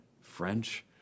French